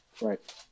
Right